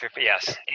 Yes